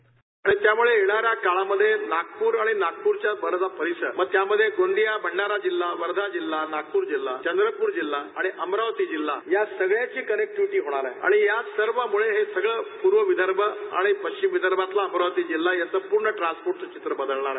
bite आणि त्यामुळे येणाऱ्या काळामध्ये नागपूर आणि नागपूरच्या परिघातील परिसरात मग त्यामध्ये भंडारा जिल्हा गोंदिया जिल्हा वर्धा जिल्हा नागपूर जिल्हा चंद्रपूर जिल्हा आणि अमरावती जिल्हा या सगळ्यांची कनेक्टीव्हिटी होणार आहे आणि या सर्वांमुळे हे सर्व पूर्व विदर्भ आणि पश्चिम विदर्भातला अमरावती जिल्हा यातला पूर्ण ट्रान्सपोर्टचा चित्र बदलणार आहे